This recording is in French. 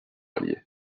allier